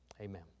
amen